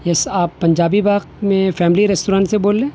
یس آپ پنجابی باغ میں family restaurant سے بول رہے ہیں